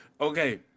Okay